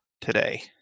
today